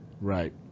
right